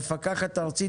מפקחת ארצית,